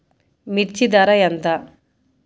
మిర్చి ధర ఎంత?